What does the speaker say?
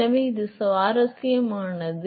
எனவே இது சுவாரஸ்யமானது